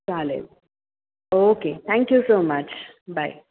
चालेल okay thank you so much bye